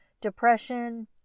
depression